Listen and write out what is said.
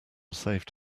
saved